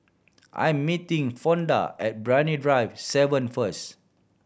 I'm meeting Fonda at Brani Drive Seven first